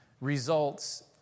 results